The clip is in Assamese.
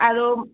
আৰু